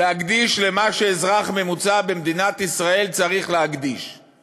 למה שאזרח ממוצע במדינת ישראל צריך להקדיש אותם: